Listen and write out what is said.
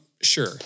Sure